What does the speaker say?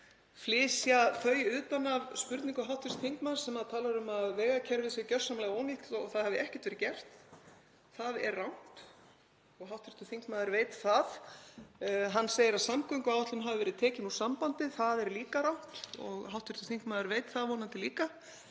flysja þau utan af spurningu hv. þingmanns sem talar um að vegakerfið sé gjörsamlega ónýtt og það hafi ekkert verið gert. Það er rangt og hv. þingmaður veit það. Hann segir að samgönguáætlun hafi verið tekin úr sambandi. Það er líka rangt og hv. þingmaður veit það vonandi líka.